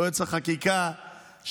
יועץ החקיקה,